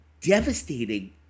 devastating